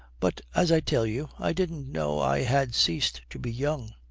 but, as i tell you, i didn't know i had ceased to be young,